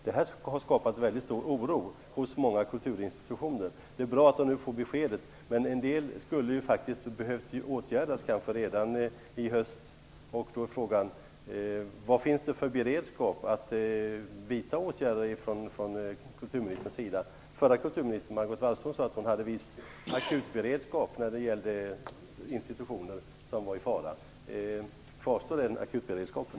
Det har skapat väldigt stor oro hos många kulturinstitutioner. Det är bra att de nu får beskedet. Men en del skulle ha behövt åtgärdas redan i höst, och då är frågan: Vad finns det för beredskap från kulturministerns sida att vidta åtgärder? Förra kulturministern Margot Wallström sade att hon hade viss akut beredskap när det gällde institutioner som var i fara. Kvarstår den akutberedskapen?